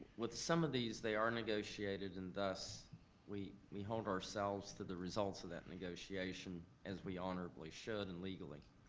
with some of these they are negotiated and thus we we hold ourselves to the results of that negotiation as we honorably should and legally.